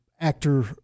actor-